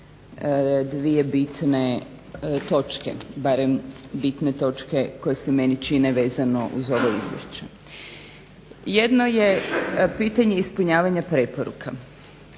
dvije bitne točke, barem bitne točke koje se meni čine vezano uz ovo izvješće. Jedno je pitanje ispunjavanja preporuka.